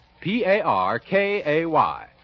P-A-R-K-A-Y